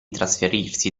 trasferirsi